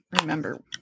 remember